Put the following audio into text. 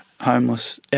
homeless